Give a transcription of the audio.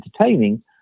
entertaining